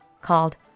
called